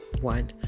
one